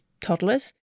toddlers